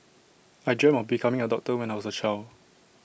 I dreamt of becoming A doctor when I was A child